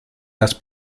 las